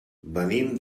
venim